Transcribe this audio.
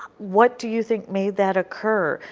what do you think made that occur?